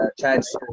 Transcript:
chance